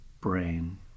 brain